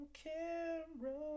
camera